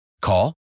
Call